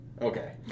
Okay